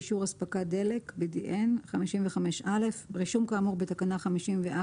"שפות הרישום באישור אספקת דלק (BDN) רישום כאמור בתקנה 54